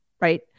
Right